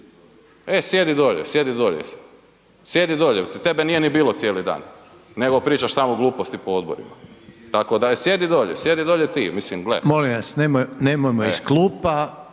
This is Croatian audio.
razumije./ … e sjedi dolje, sjedi dolje. Tebe nije ni bilo cijeli dan nego pričaš tamo gluposti po odborima, tako da je sjedi dolje, sjedi dolje ti. Mislim gle.